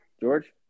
George